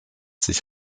sich